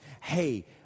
hey